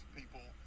people